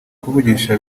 kuvugisha